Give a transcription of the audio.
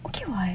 okay [what]